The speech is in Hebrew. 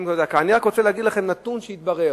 אני רק רוצה להגיד לכם נתון שהתברר,